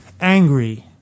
Angry